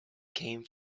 came